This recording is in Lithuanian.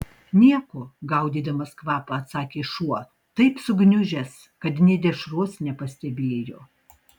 nieko gaudydamas kvapą atsakė šuo taip sugniužęs kad nė dešros nepastebėjo